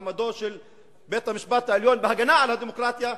מעמדו של בית-המשפט העליון בהגנה על הדמוקרטיה,